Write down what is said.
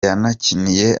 yanakiniye